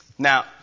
Now